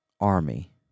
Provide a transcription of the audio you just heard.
army